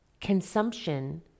consumption